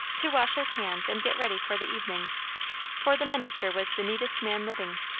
to wash his hands and get ready for the evening for the minister was the neatest man living.